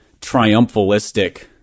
triumphalistic